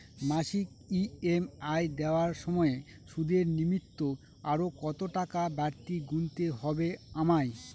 মাসিক ই.এম.আই দেওয়ার সময়ে সুদের নিমিত্ত আরো কতটাকা বাড়তি গুণতে হবে আমায়?